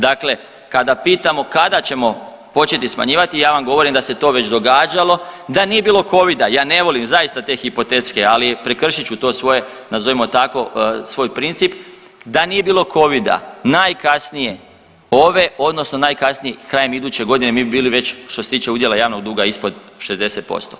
Dakle, kada pitamo kada ćemo početi smanjivati, ja vam govorim da se to već događalo, da nije bilo Covida, ja ne volim zaista te hipotetske, ali prekršit ću to svoje, nazovimo tako, svoj princip, da nije bilo Covida, najkasnije ove, odnosno najkasnije krajem iduće godine, mi bi bili već što se tiče udjela javnog duga ispod 60%